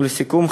ולסיכום,